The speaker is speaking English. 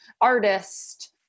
artist